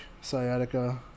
sciatica